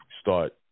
start